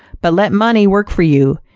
but let money work for you,